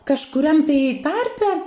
kažkuriam tai tarpe